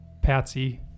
Patsy